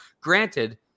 granted